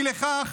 אי לכך,